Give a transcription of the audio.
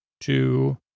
two